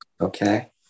okay